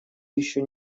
еще